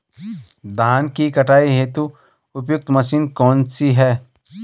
धान की कटाई हेतु उपयुक्त मशीन कौनसी है?